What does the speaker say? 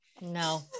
No